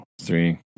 Three